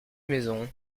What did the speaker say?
maisons